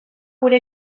gure